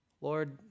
Lord